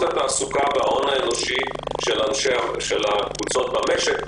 התעסוקה וההון האנושי של קבוצות במשק,